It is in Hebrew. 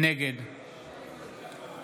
נגד